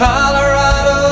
Colorado